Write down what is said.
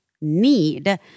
need